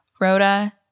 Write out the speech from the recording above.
Rhoda